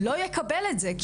לא יקבל את זה,